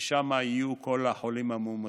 שם יהיו כל החולים המאומתים.